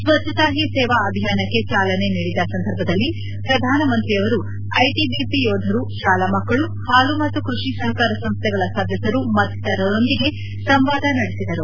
ಸ್ವಜ್ಞತಾಹೀ ಸೇವಾ ಅಭಿಯಾನಕ್ಕೆ ಚಾಲನೆ ನೀಡಿದ ಸಂದರ್ಭದಲ್ಲಿ ಪ್ರಧಾನಮಂತ್ರಿಯವರು ಐಟಿಬಿಪಿ ಯೋಧರು ಶಾಲಾ ಮಕ್ಕಳು ಹಾಲು ಮತ್ತು ಕೃಷಿ ಸಹಕಾರ ಸಂಸ್ವೆಗಳ ಸದಸ್ದರು ಮತ್ತಿತರರೊಂದಿಗೆ ಸಂವಾದ ನಡೆಸಿದರು